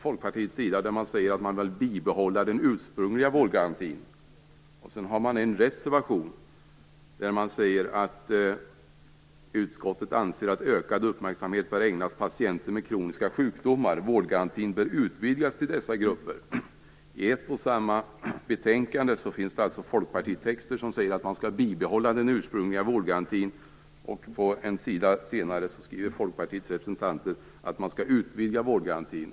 Folkpartiet säger i en motion att man vill bibehålla den ursprungliga vårdgarantin, samtidigt som man i en reservation skriver: "Utskottet anser att ökad uppmärksamhet bör ägnas patienter med kroniska sjukdomar. Vårdgarantin bör utvidgas till dessa grupper." I ett och samma betänkande finns det alltså en folkpartitext som säger att man skall bibehålla den ursprungliga vårdgarantin och en annan som säger att man skall utvidga vårdgarantin.